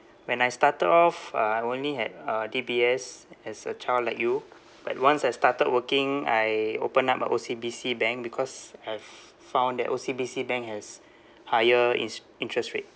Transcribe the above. when I started off uh I only had uh D_B_S as a child like you but once I started working I opened up a O_C_B_C bank because I f~ found that O_C_B_C bank has higher ins~ interest rates